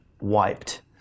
wiped